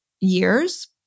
years